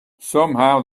somehow